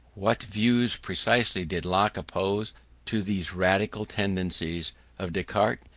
what views precisely did locke oppose to these radical tendencies of descartes?